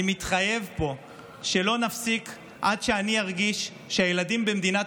אני מתחייב פה שלא נפסיק עד שאני ארגיש שהילדים במדינת